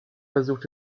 versucht